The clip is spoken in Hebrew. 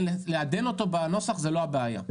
לעדן אותו בנוסח זו לא הבעיה.